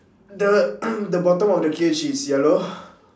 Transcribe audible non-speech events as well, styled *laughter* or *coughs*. the *coughs* the bottom of the cage is yellow